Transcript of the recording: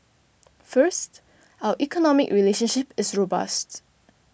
first our economic relationship is robust